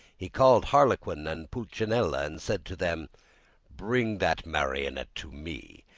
he called harlequin and pulcinella and said to them bring that marionette to me!